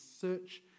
search